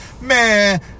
Man